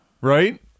right